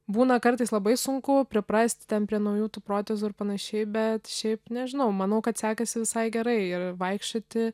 būna kartais labai sunku priprast prie naujų tų protezų ir panašiai bet šiaip nežinau manau kad sekasi visai gerai ir vaikščioti